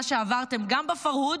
במה שעברתם גם בפרהוד